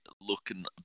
looking